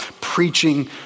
preaching